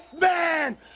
man